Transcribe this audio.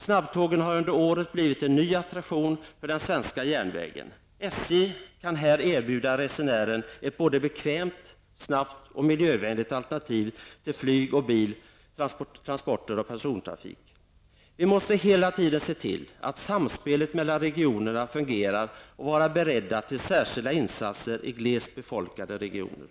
Snabbtågen har under året blivit en ny attraktion för den svenska järnvägen. SJ kan här erbjuda resenären ett både bekvämt, snabbt och miljövänligt alternativ till flyg och bil. Vi måste hela tiden se till att samspelet mellan regionerna fungerar och vara beredda till särskilda insatser i glest befolkade regioner.